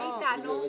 מה אתנו?